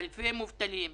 אלפי מובטלים.